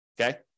okay